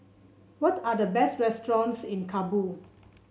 what are the best restaurants in Kabul